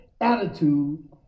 attitude